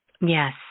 Yes